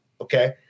okay